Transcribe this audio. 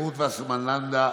רות וסרמן לנדה,